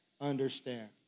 understand